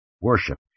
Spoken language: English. Worship